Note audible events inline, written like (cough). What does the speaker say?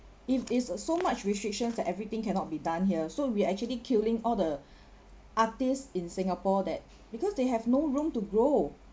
if is so much restrictions everything cannot be done here so we are actually killing all the (breath) artists in singapore that because they have no room to grow